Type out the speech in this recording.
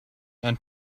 and